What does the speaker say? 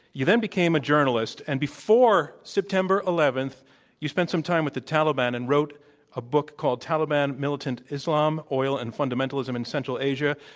you then became a journalist and before september eleven you spent some time with the taliban and wrote a book called taliban militant islam, oil, and fundamentalism in central asia.